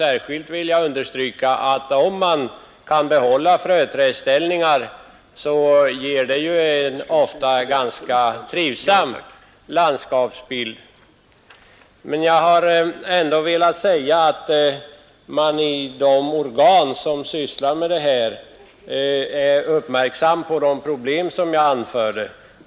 Särskilt vill jag understryka att fröställningar ofta ger en ganska trivsam landskapsbild. Men jag har ändå velat säga att de organ som sysslar med dessa frågor är uppmärksamma på de problem som jag anfört.